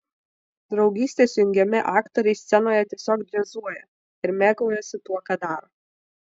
draugystės jungiami aktoriai scenoje tiesiog džiazuoja ir mėgaujasi tuo ką daro